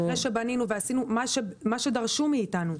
אחרי שבנינו ועשינו מה שדרשו מאיתנו,